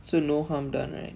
so no harm done right